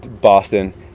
boston